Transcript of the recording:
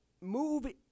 Move